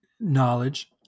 knowledge